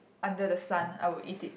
under the sun I would eat it